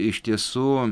iš tiesų